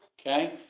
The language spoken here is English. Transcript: Okay